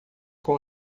com